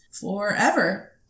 forever